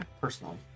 Personally